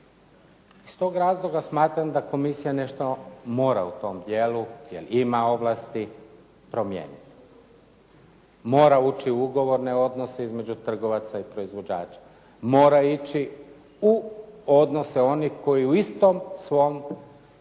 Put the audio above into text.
Iz tog razloga smatram da komisija nešto mora u tom djelu jer ima ovlasti promijeniti. Mora ući u ugovorne odnose između trgovaca i proizvođača, mora ići u odnose onih koji u istom svom